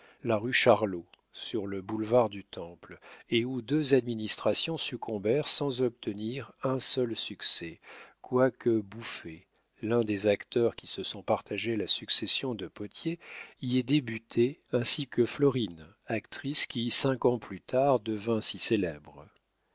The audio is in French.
la rue charlot sur le boulevard du temple et où deux administrations succombèrent sans obtenir un seul succès quoique bouffé l'un des acteurs qui se sont partagé la succession de potier y ait débuté ainsi que florine actrice qui cinq ans plus tard devint si célèbre